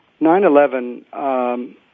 9/11